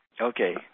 Okay